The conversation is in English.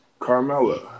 Carmella